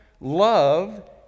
Love